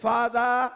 Father